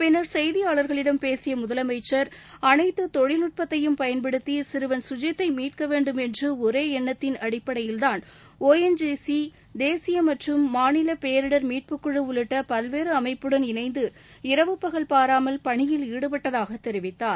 பின்னர் செய்தியாளர்களிடம் பேசிய முதலமைச்சர் அனைத்து தொழில் நுட்பத்தையும் பயன்படுத்தி சிறுவன் கஜித்தை மீட்க வேண்டும் என்ற ஒரே எண்ணத்தின் அடிப்படையில் தான் ஒஎன்ஜிசி தேசிய மற்றும் மாநில பேரிடர் மீட்புக் குழு உள்ளிட்ட பல்வேறு அமைப்புடன் இணைந்து இரவு பகல் பாராமல் பணியில் ஈடுபட்டதாக தெரிவித்தார்